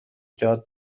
جهات